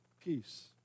peace